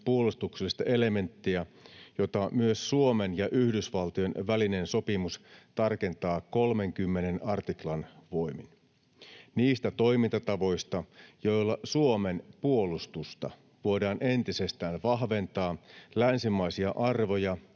puolustuksellista elementtiä, jota myös Suomen ja Yhdysvaltojen välinen sopimus tarkentaa 30 artiklan voimin, niistä toimintatavoista, joilla Suomen puolustusta voidaan entisestään vahventaa länsimaisia arvoja